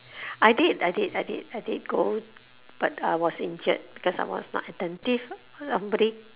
I did I did I did I did go but I was injured because I was not attentive somebody